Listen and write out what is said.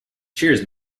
cheers